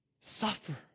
suffer